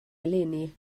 eleni